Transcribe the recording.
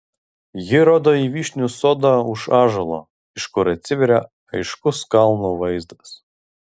ji rodo į vyšnių sodą už ąžuolo iš kur atsiveria aiškus kalnų vaizdas